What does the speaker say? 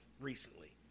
recently